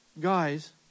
Guys